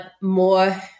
more